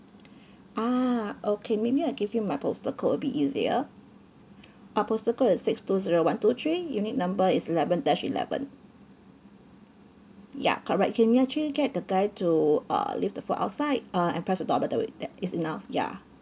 ah okay maybe I'll give you my postal code will be easier our postal code is six two zero one two three unit number is eleven dash eleven ya correct can you actually get the guy to uh leave the food outside uh and press the door button with that is enough ya